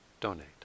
donate